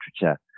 literature